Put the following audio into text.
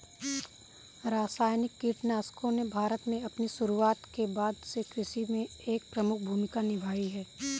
रासायनिक कीटनाशकों ने भारत में अपनी शुरूआत के बाद से कृषि में एक प्रमुख भूमिका निभाई है